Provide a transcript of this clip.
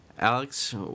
Alex